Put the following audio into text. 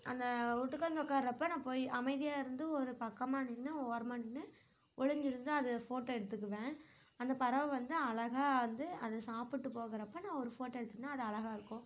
அந்த ஒட்டுக்காக வந்து உட்கார்றப்ப நான் போய் அமைதியாக இருந்து ஒரு பக்கமாக நின்று ஓரமாக நின்று ஒளிஞ்சுருந்து அதை ஃபோட்டோ எடுத்துக்குவேன் அந்த பறவை வந்து அழகாக வந்து அது சாப்பிட்டு போகிறப்ப நான் ஒரு ஃபோட்டோ எடுத்தோன்னா அது அழகாக இருக்கும்